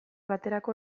baterako